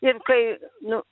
ir kai nu